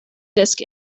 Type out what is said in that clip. disk